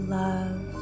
love